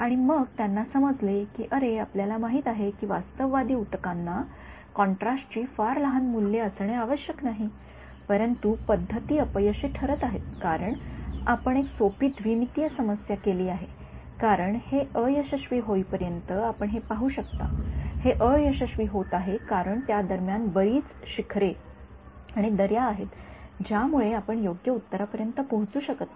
आणि मग त्यांना समजले की अरे आपल्याला माहित आहे की वास्तववादी ऊतकांना कॉन्ट्रास्टची फार लहान मूल्ये असणे आवश्यक नाही परंतु पद्धती अपयशी ठरत आहेत कारण आपण एक सोपी द्विमितीय समस्या केली आहे कारण हे अयशस्वी होईपर्यंत आपण हे पाहू शकता हे अयशस्वी होत आहे कारण त्या दरम्यान बरीच शिखरे आणि दऱ्या आहेत ज्यामुळे आपण योग्य उत्तरापर्यंत पोहोचू शकत नाही